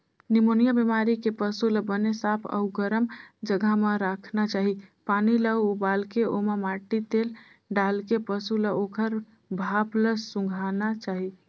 pneumonia बेमारी के पसू ल बने साफ अउ गरम जघा म राखना चाही, पानी ल उबालके ओमा माटी तेल डालके पसू ल ओखर भाप ल सूंधाना चाही